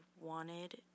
wanted